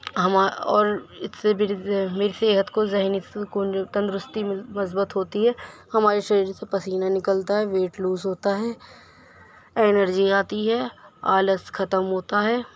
ہما اور اس سے بھی جس سے میری صحت کو ذہنی سکون تندرستی مل مضبوط ہوتی ہے ہمارے شریر سے پسینہ نکلتا ہے ویٹ لوز ہوتا ہے انرجی آتی ہے آلس ختم ہوتا ہے